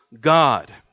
God